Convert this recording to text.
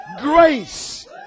grace